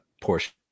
portion